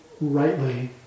rightly